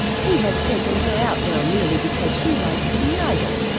he has taken her out now merely because she likes to be idle,